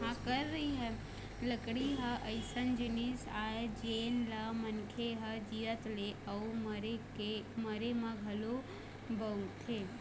लकड़ी ह अइसन जिनिस आय जेन ल मनखे ह जियत ले अउ मरे म घलोक बउरथे